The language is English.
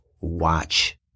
watch